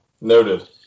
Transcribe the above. Noted